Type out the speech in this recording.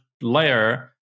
layer